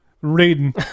Reading